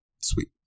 sweet